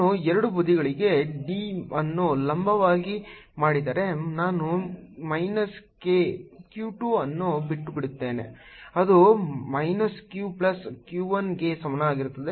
ನಾನು 2 ಬದಿಗಳಲ್ಲಿ D ಅನ್ನು ಲಂಬವಾಗಿ ಮಾಡಿದರೆ ನಾನು ಮೈನಸ್ k q 2 ಅನ್ನು ಬಿಟ್ಟುಬಿಡುತ್ತೇನೆ ಅದು ಮೈನಸ್ q ಪ್ಲಸ್ q 1 ಗೆ ಸಮನಾಗಿರುತ್ತದೆ ಅದು ನನ್ನ ಸಮೀಕರಣ 1 ಆಗಿದೆ